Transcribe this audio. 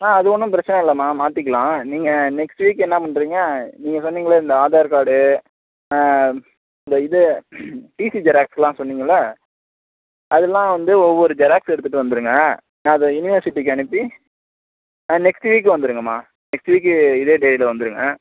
ஆ அது ஒன்றும் பிரச்சனை இல்லம்மா மாற்றிக்கிலாம் நீங்கள் நெக்ஸ்ட் வீக்கு என்ன பண்ணுறீங்க நீங்கள் சொன்னிங்களா இந்த ஆதார் கார்டு இந்த இது டிசி ஜெராக்ஸ்லாம் சொன்னிங்களா அதெலாம் வந்து ஒவ்வொரு ஜெராக்ஸ் எடுத்துகிட்டு வந்துடுங்க நான் அதை யூனிவர்சிட்டிக்கு அனுப்பி ஆ நெக்ஸ்ட் வீக்கு வந்துடுங்கம்மா நெக்ஸ்ட் வீக்கு இதே தேதியில வந்துடுங்க